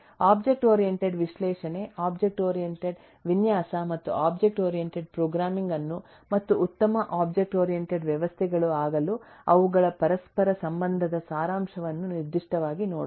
object oriented ವಿಶ್ಲೇಷಣೆ object oriented ವಿನ್ಯಾಸ ಮತ್ತು ಒಬ್ಜೆಕ್ಟ್ ಓರಿಯಂಟೆಡ್ ಪ್ರೋಗ್ರಾಮಿಂಗ್ ಅನ್ನು ಮತ್ತು ಉತ್ತಮ ಒಬ್ಜೆಕ್ಟ್ ಓರಿಯಂಟೆಡ್ ವ್ಯವಸ್ಥೆಗಳು ಆಗಲು ಅವುಗಳ ಪರಸ್ಪರ ಸಂಬಂಧದ ಸಾರಾಂಶವನ್ನು ನಿರ್ದಿಷ್ಟವಾಗಿ ನೋಡೋಣ